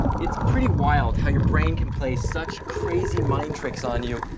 it's pretty wild how your brain can play such crazy mind tricks on you.